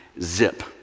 zip